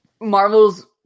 Marvel's